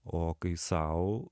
o kai sau